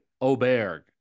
Oberg